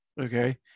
Okay